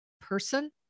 person